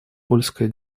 польская